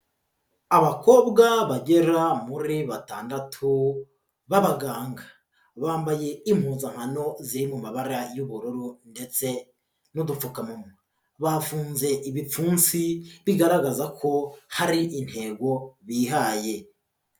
Abakobwa bagera muri batandatu b'abaganga bambaye impubankano ziri mu mabara y'ubururu ndetse n'udupfukamunwa, bafunze ibipfunsi bigaragaza ko hari intego bihaye.